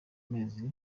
mezi